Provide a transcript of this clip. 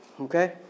okay